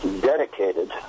dedicated